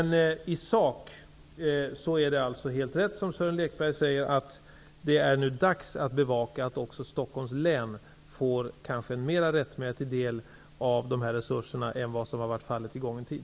I sak är det helt rätt som Sören Lekberg säger. Det är nu dags att bevaka att också Stockholms län får en kanske mer rättmätig del av dessa resurser än som har varit fallet i gången tid.